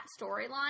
storyline